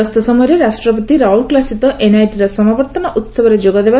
ଗସ୍ତ ସମୟରେ ରାଷ୍ଟପତି ରାଉରକେଲାସ୍ଥିତ ଏନ୍ଆଇଟିର ସମାବର୍ତ୍ତନ ଉହବରେ ଯୋଗଦେବ